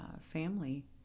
family